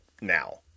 now